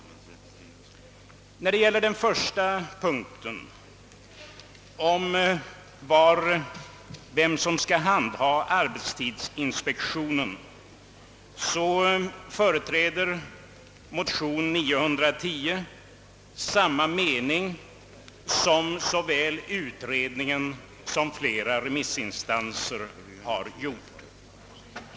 Beträffande den första punkten om vem som skall handha arbetstidsinspektionen företräder motion 910 samma mening som såväl utredningen som flera remissinstanser har haft.